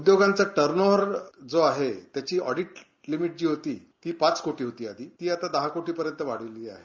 उदयोगांचा turnover जो आहे त्याची ऑडिट लिमिट जी होती ती पाच कोटी होती आधी ती आता दहा कोटी पर्यन्त वाढवली आहे